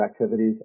activities